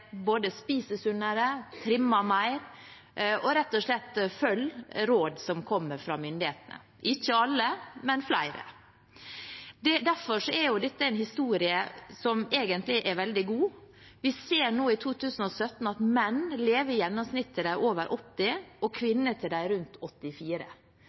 både spiser sunnere, trimmer mer og rett og slett følger råd som kommer fra myndighetene – ikke alle, men flere. Derfor er dette en historie som egentlig er veldig god. Vi ser nå, ifølge tall fra 2017, at menn i gjennomsnitt lever til de er over 80 år og kvinner til de er rundt 84